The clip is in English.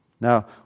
Now